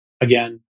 Again